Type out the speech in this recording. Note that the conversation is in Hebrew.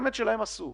עשו,